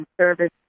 service